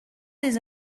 des